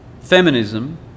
feminism